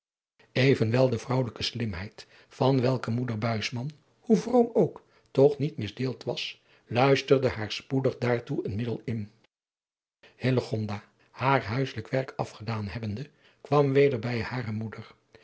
evenwel de vrouwelijke slimheid van welke moeder buisman hoe vroom ook toch niet misdeeld was luisterde haar spoedig daartoe een middel in hillegonda haar huisselijk werk afgedaan hebbende kwam weder bij hare moeder